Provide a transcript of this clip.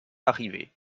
arrivait